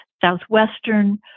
southwestern